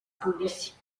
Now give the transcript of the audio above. polisi